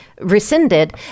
rescinded